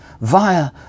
via